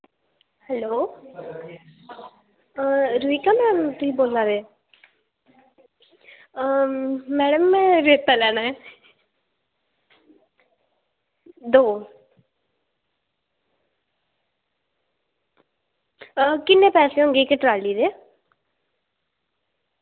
hello Sarita ma'am तुस बोला दे मैंडम में रोता लैना ऐ दो किन्ने पैसे होगे इक ट्राली दे